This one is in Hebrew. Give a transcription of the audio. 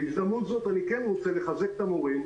בהזדמנות זאת אני כן רוצה לחזק את המורים.